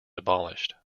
abolished